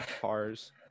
cars